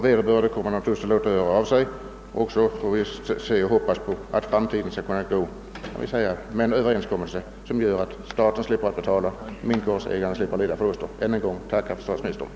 Vederbörande kommer naturligtvis att låta höra av sig, och vi får i framtiden se om det skall bli möjligt att komma fram till en överenskommelse mellan parterna. Jag ber än en gång att få tacka för svaret.